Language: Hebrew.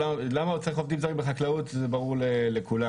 למה צריך עובדים זרים בחקלאות זה ברור לכולנו.